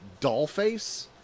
Dollface